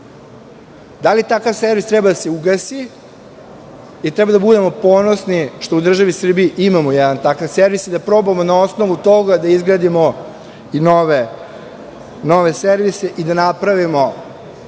da li takav servis treba da se ugasi? Treba da budemo ponosni što u državi Srbiji imamo jedan takav servis i da probamo na osnovu toga da izgradimo i nove servise i da napravimo